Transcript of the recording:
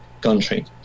country